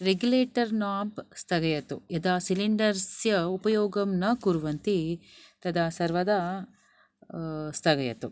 regulator knob स्थगयतु यदा सिलेण्डरस्य उपयोगं न कुर्वन्ति तदा सर्वदा स्थगयतु